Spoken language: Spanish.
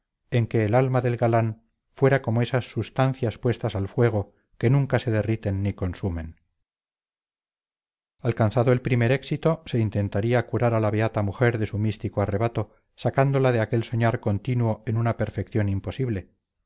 en que el alma del galán fuera como esas substancias puestas al fuego que nunca se derriten ni consumen alcanzado el primer éxito se intentaría curar a la beata mujer de su místico arrebato sacándola de aquel soñar continuo en una perfección imposible